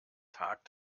tag